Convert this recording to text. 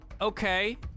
Okay